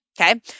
Okay